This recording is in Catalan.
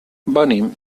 venim